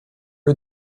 you